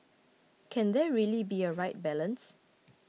can there really be a right balance